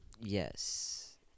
yes